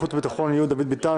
בחוץ וביטחון יהיו דוד ביטן,